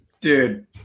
dude